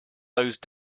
those